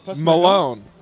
Malone